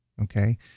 okay